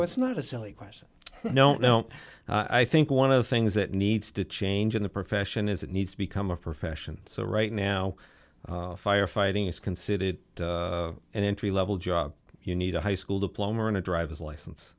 it's not a silly question no no i think one of the things that needs to change in the profession is it needs to become a profession so right now firefighting is considered an entry level job you need a high school diploma and a driver's licen